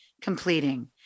completing